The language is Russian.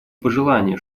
пожелание